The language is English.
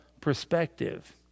perspective